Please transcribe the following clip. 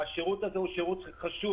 השירות הזה הוא שירות חשוב,